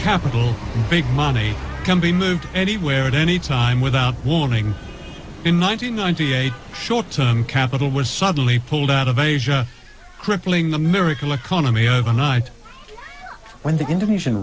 capital big money can be moved anywhere at any time without warning in nine hundred ninety eight short term capital was suddenly pulled out of asia crippling the miracle economy overnight when the indonesian